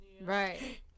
right